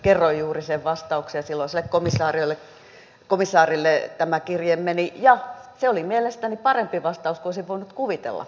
kerroin juuri sen vastauksen silloiselle komissaarille tämä kirje meni ja se oli mielestäni parempi vastaus kuin olisin voinut kuvitella